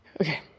Okay